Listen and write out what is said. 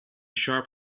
sharp